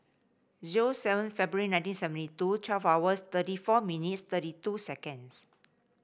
zero seven February nineteen seventy two twelve hours thirty four minutes thirty two seconds